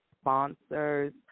sponsors